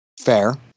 fair